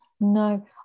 no